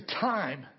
time